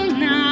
now